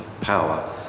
power